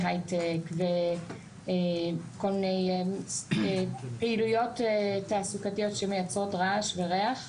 הייטק וכל מיני פעילויות תעסוקתיות שמייצרות רעש וריח,